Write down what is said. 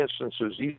instances